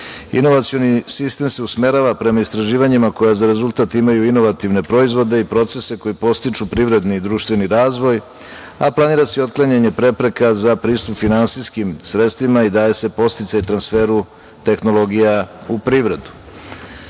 Inovacioni sistem se usmerava prema istraživanjima koja za rezultat imaju inovativne proizvode i procese koji podstiču privredni i društveni razvoj, a planira se i otklanjanje prepreka za pristup finansijskim sredstvima i daje se podsticaj transferu tehnologija u privredu. Glavni